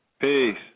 Peace